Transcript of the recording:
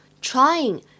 trying